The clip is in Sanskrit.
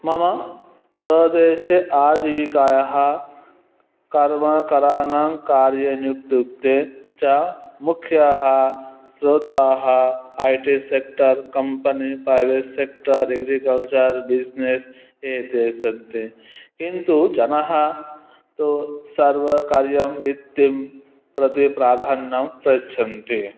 मम प्रदेशे आजीविकायाः कर्मकराणां कार्यनित्यत्वे च मुख्याः स्रोताः I T sector company private sector agriculture business एते सन्ति किन्तु जनः तु सर्वकार्यं वित्तं प्रति प्राधान्यं प्रयच्छन्ति